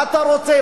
מה אתה רוצה?